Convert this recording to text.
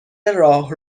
راه